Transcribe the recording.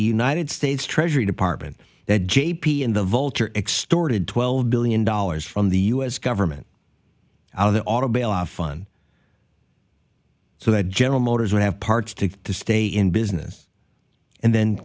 united states treasury department that j p and the vulture extorted twelve billion dollars from the u s government out of the auto bailout fund so that general motors would have parts to stay in business and then